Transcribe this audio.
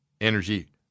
energy